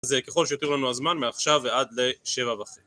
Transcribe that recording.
זה ככל שיותיר לנו הזמן מעכשיו ועד לשבע וחצי